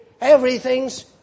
Everything's